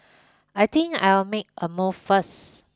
I think I'll make a move first